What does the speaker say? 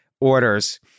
orders